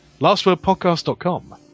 Lastwordpodcast.com